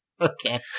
Okay